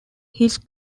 his